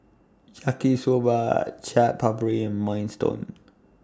Yaki Soba Chaat Papri and Minestrone